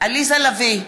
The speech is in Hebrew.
עליזה לביא,